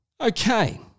Okay